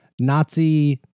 Nazi